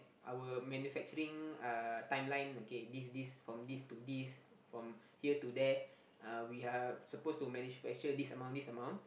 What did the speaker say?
our manufacturing uh timeline okay this this from this to this from here to there uh we are supposed to manufacture this amount this amount